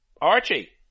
Archie